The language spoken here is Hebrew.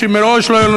כשמראש לא היו לנו